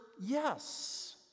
yes